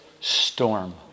storm